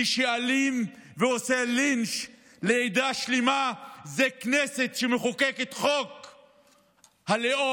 מי שאלים ועושה לינץ' לעדה שלמה הוא כנסת שמחוקקת את חוק הלאום.